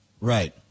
Right